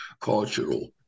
cultural